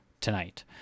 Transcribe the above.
tonight